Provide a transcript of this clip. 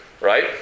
right